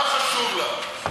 מה חשוב למפלגת העבודה.